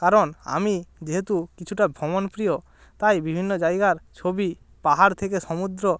কারণ আমি যেহেতু কিছুটা ভ্রমণ প্রিয় তাই বিভিন্ন জায়গার ছবি পাহাড় থেকে সমুদ্র